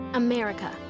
America